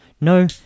No